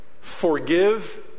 Forgive